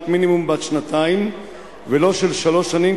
מינימום של שנתיים ולא של שלוש שנים,